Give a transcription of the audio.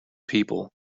people